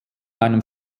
einem